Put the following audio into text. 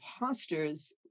imposters